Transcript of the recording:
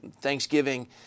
Thanksgiving